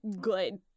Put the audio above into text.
good